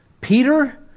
Peter